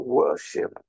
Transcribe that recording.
worship